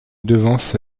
devance